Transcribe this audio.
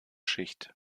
schicht